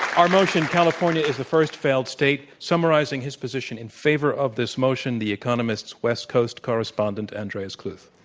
our motion, california is the first failed state, summarizing his position in favor of this motion, the economist's west coast correspondent, andreas kluth.